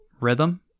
rhythm